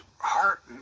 heart